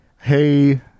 hey